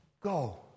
Go